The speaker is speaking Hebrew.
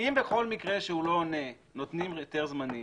אם בכל מקרה שהוא לא עונה נותנים היתר זמני,